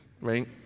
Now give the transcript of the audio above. right